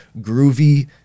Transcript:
groovy